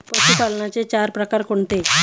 पशुपालनाचे चार प्रकार कोणते?